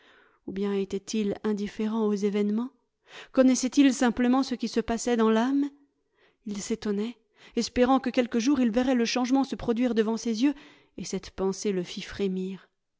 ou bien était-il indifférent aux événements connaissait-il simplement ce qui se passait dans l'âme il s'étonnait espérant que quelque jour il verrait le changement se produire devant ses yeux et cette pensée le fit frémir